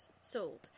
sold